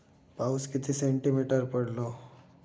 पाऊस किती सेंटीमीटर पडलो?